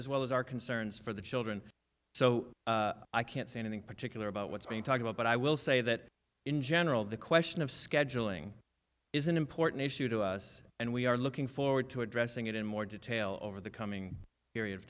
as well as our concerns for the children so i can't say anything particular about what's being talked about but i will say that in general the question of scheduling is an important issue to us and we are looking forward to addressing it in more detail over the coming